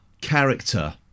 character